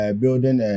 building